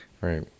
Right